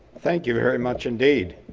thank you very much indeed.